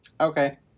okay